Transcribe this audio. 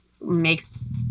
makes